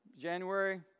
January